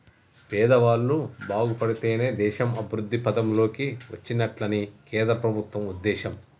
పేదవాళ్ళు బాగుపడితేనే దేశం అభివృద్ధి పథం లోకి వచ్చినట్లని కేంద్ర ప్రభుత్వం ఉద్దేశం